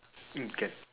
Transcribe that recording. mm can